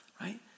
Right